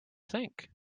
think